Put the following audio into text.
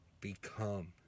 become